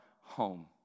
home